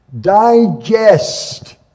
digest